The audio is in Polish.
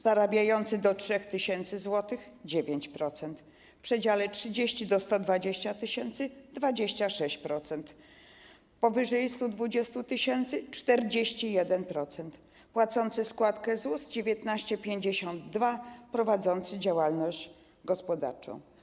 Zarabiający do 3 tys. zł - 9%, w przedziale od 30 tys. do 120 tys. - 26%, powyżej 120 tys. - 41%, płacący składkę ZUS - 19, 52 - prowadzący działalność gospodarczą.